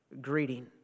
Greeting